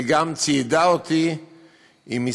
היא גם ציידה אותי במסמכים